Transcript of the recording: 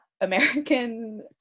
American